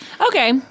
Okay